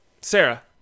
Sarah